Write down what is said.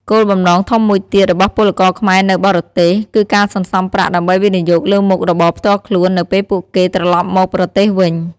គោលបំណងធំមួយទៀតរបស់ពលករខ្មែរនៅបរទេស គឺការសន្សំប្រាក់ដើម្បីវិនិយោគលើមុខរបរផ្ទាល់ខ្លួននៅពេលពួកគេត្រឡប់មកប្រទេសវិញ។